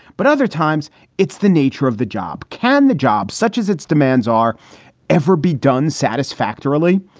but other times it's the nature of the job. can the job, such as its demands, are ever be done satisfactorily?